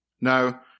Now